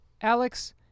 Alex